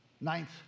ninth